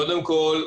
קודם כל,